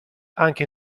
anche